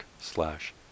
slash